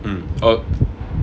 mm oh